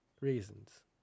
Reasons